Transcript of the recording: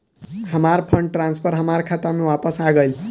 हमार fund transfer हमार खाता में वापस आ गइल